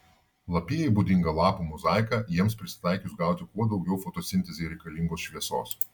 lapijai būdinga lapų mozaika jiems prisitaikius gauti kuo daugiau fotosintezei reikalingos šviesos